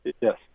Yes